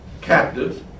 captives